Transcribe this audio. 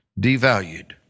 devalued